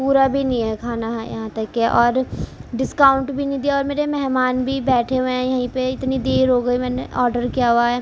پورا بھی نہیں ہے کھانا یہاں تک کہ اور ڈسکاؤنٹ بھی نہیں دیا اور میرے مہمان بھی بیٹھے ہوئے ہیں یہیں پہ اتنی دیر ہو گئی میں نے آڈر کیا ہوا ہے